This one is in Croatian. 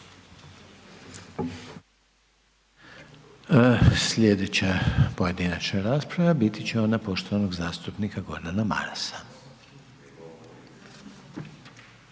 Slijedeća pojedinačna rasprava biti će ona poštovanog zastupnika Gordana Marasa.